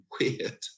weird